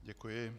Děkuji.